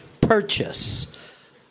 purchase